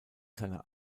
seiner